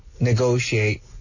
negotiate